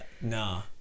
Nah